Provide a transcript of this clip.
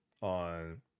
on